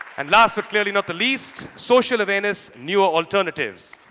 and last, but clearly not the least, social awareness, newer alternatives.